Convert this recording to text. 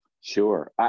sure